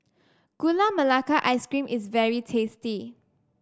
Gula Melaka Ice Cream is very tasty